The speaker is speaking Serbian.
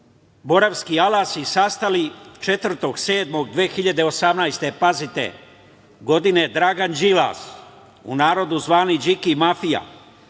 „Moravski alasi“ sastali 4.7.2018. godine, Dragan Đilas, u narodu zvani Điki mafija,